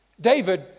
David